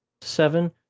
seven